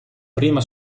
prima